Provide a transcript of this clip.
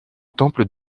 temple